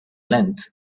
length